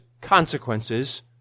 consequences